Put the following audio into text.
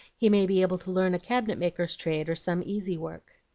he may be able to learn a cabinet-maker's trade, or some easy work.